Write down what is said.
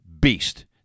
beast